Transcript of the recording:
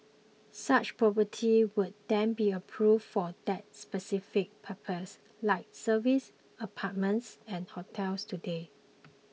such properties would then be approved for that specific purpose like service apartments and hotels today